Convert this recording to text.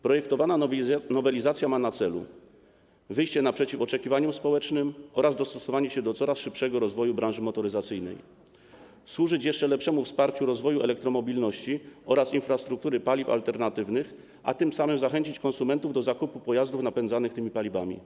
Projektowana nowelizacja ma na celu wyjście naprzeciw oczekiwaniom społecznym oraz dostosowanie się do coraz szybszego rozwoju branży motoryzacyjnej, a także ma służyć jeszcze lepszemu wsparciu rozwoju elektromobilności oraz infrastruktury paliw alternatywnych, a tym samym zachęcić konsumentów do zakupu pojazdów napędzanych tymi paliwami.